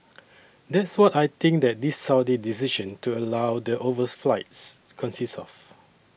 that's what I think that this Saudi decision to allow the overflights consists of